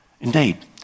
Indeed